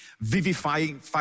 vivifying